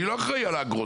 אני לא אחראי על האגרות,